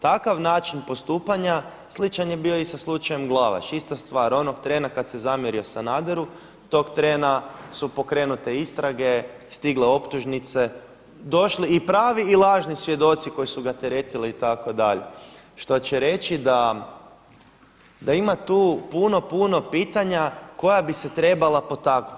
Takav način postupanja sličan je bio i sa slučajem Glavaš ista stvar, onog trena kada se zamjerio Sanaderu tog trena su pokrenute istrage, stigle optužnice, došli i pravi i lažni svjedoci koji su ga teretili itd., što će reći da ima tu puno, puno pitanja koja bi se trebala potaknuti.